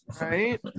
Right